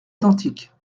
identiques